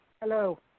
Hello